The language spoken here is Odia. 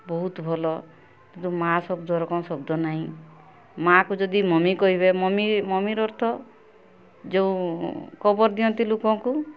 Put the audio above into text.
ବହୁତ ଭଲ କିନ୍ତୁ ମା' ଶବ୍ଦର କ'ଣ ଶବ୍ଦ ନାହିଁ ମା'କୁ ଯଦି ମମି କହିବେ ମମି ମମିର ଅର୍ଥ ଯେଉଁ କବର ଦିଅନ୍ତି ଲୋକଙ୍କୁ